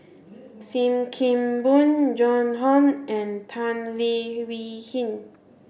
Sim Kee Boon Joan Hon and Tan Leo Wee Hin